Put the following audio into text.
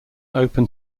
open